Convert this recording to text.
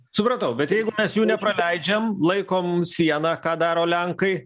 supratau bet jeigu mes jų nepraleidžiam laikom sieną ką daro lenkai